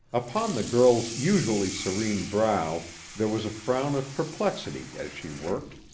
upon the girl's usually serene brow there was a frown of perplexity as she worked,